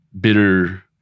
bitter